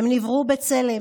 הם נבראו בצלם.